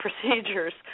procedures